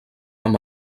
amb